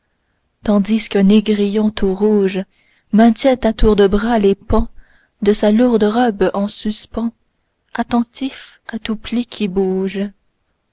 tandis qu'un négrillon tout rouge maintient à tour de bras les pans de sa lourde robe en suspens attentif à tout pli qui bouge